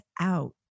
out